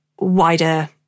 wider